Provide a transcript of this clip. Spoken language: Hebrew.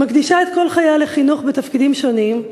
היא מקדישה את כל חייה לחינוך, בתפקידים שונים,